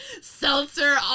seltzer